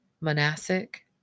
monastic